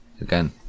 again